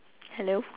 hello